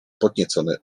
podniecony